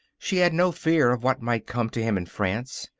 she had no fear of what might come to him in france.